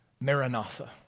Maranatha